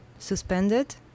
Suspended